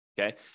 Okay